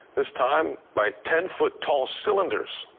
this time by ten-foot-tall cylinders.